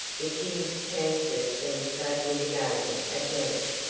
the king's chances seemed so good again at length,